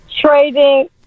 Trading